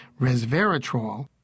resveratrol